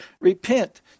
repent